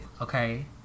okay